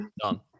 done